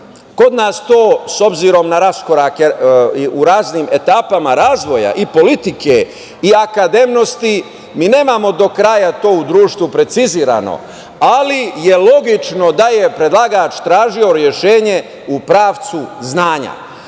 Kod nas to s obzirom na raskorake u raznim etapa razvoja i politike i akademnosti mi nemamo do kraja to u društvu precizirano, ali je logično da je predlagač tražio rešenje u pravcu znanja. Ono